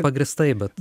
pagrįstai bet